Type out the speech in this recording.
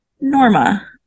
Norma